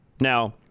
Now